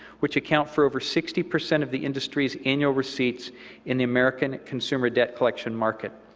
which account for over sixty percent of the industry's annual receipts in the american consumer debt collection market.